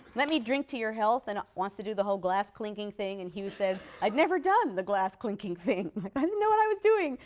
let me drink to your health and wants to do the whole glass-clinking thing, and hughes said, i've never done the glass-clinking thing. i didn't know what i was doing.